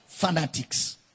fanatics